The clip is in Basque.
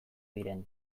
diren